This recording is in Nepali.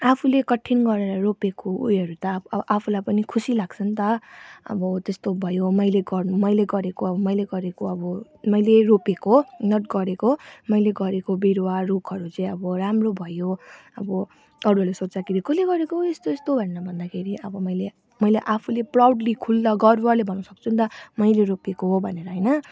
आफूले कटिङ गरेर रोपेको उयोहरू त अब आफूलाई पनि खुसी लाग्छ नि त अब त्यस्तो भयो मैले गर मैले गरेको अब मैले गरेको अब मैले रोपेको नट गरेको मैले गरेको बिरुवा रुखहरू चाहिँ अब राम्रो भयो अब अरूले सोध्दाखेरि कसले गरेको हौ यस्तो यस्तो भनेर भन्दाखेरि अब मैले मैले आफूले प्रौडली खुला गर्वले भन्नु सक्छु नि त मैले रोपेको भनेर होइन